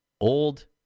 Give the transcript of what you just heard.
old